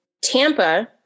Tampa